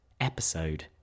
episode